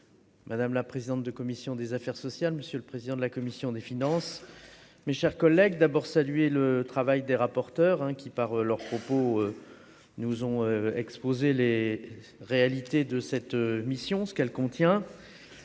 Madame la présidente de commission des affaires sociales, monsieur le président de la commission des finances, mes chers collègues, d'abord saluer le travail des rapporteurs qui par leurs propos nous ont exposé les réalités de cette mission, ce qu'elle contient,